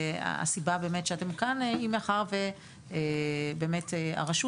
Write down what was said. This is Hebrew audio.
הסיבה באמת שאתם כאן היא מאחר ובאמת הרשות